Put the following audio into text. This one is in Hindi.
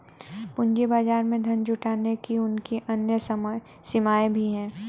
पूंजी बाजार में धन जुटाने की उनकी अन्य सीमाएँ भी हैं